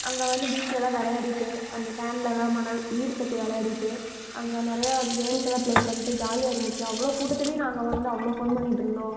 அங்கே வந்து பீச்செலாம் விளையாடிட்டு அந்த சாண்ட்லெலாம் மணல் வீடு கட்டி விளையாடிட்டு அங்கே நிறையா கேம்ஸெல்லாம் பிலே பண்ணிட்டு ஜாலியாக இருந்துச்சு அவ்வளோ கூட்டத்திலையும் நாங்கள் வந்து அவ்வளோ ஃபன் பண்ணிகிட்ருந்தோம்